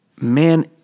man